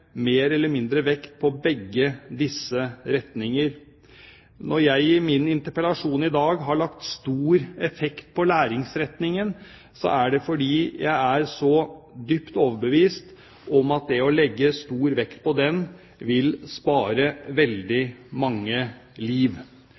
mer eller mindre vekt på begge disse retningene. Når jeg i min interpellasjon i dag har lagt stor vekt på læringsretningen, er det fordi jeg er så dypt overbevist om at det å legge stor vekt på den vil spare veldig